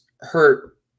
hurt